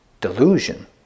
delusion